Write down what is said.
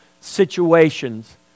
situations